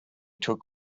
took